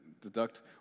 deduct